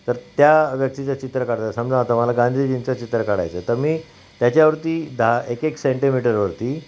तर त्या व्यक्तीचं चित्र काढतात समजा आहता मला गांधीजींचं चित्र काढायचं तर मी त्याच्यावरती दहा एक एक सेंटीमीटरवरती